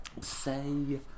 Say